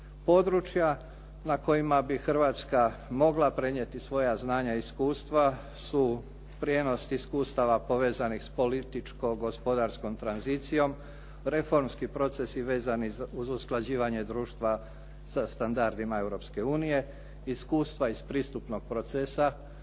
Područja na kojima bi Hrvatska mogla prenijeti svoja znanja i iskustva su prijenos iskustava povezanih s političko-gospodarskom tranzicijom, reformski procesi vezani uz usklađivanje društva sa standardima Europske unije, iskustva iz pristupnog procesa